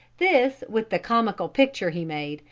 this, with the comical picture he made,